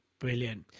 Brilliant